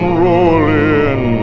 rolling